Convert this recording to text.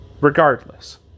regardless